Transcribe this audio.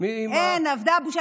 אין, אבדה הבושה.